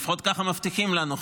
לפחות ככה מבטיחים לנו,